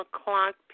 o'clock